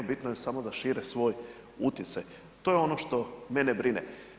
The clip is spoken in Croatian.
Bitno je samo da šire svoj utjecaj, to je ono što mene brine.